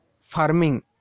farming